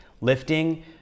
lifting